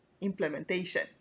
implementation